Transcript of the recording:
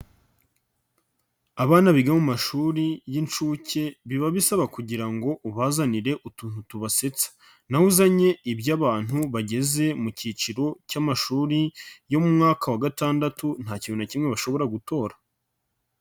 Abana biga mu mashuri y'inshuke, biba bisaba kugira ngo ubazanire utuntu tubasetsa naho uzanye iby'abantu bageze mu cyiciro cy'amashuri yo mu mwaka wa gatandatu nta kintu na kimwe bashobora gutora.